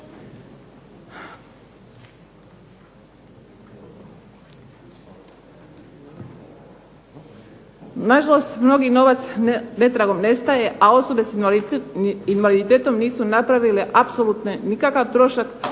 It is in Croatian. Na žalost mnogi novac netragom nestaje, a osobe s invaliditetom nisu napravile apsolutno nikakav trošak,